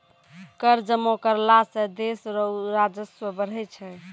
कर जमा करला सं देस रो राजस्व बढ़ै छै